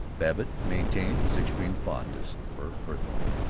babbitt mentioned his extreme fondness for eathorne.